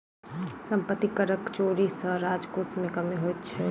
सम्पत्ति करक चोरी सॅ राजकोश मे कमी होइत छै